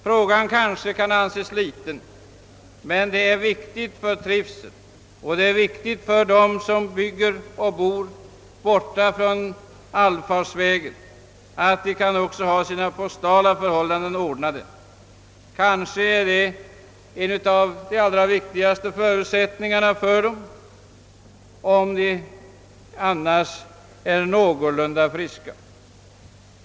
Frågan kanske för många kan anses liten, men den är viktig för dem som bygger och bor vid sidan av allfarvägen. Det är kanske en av de viktigaste förutsättningarna för dem att stanna kvar i dessa bygder.